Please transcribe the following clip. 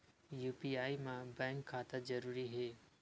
UPI मा bank खाता जरूरी हे?